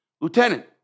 Lieutenant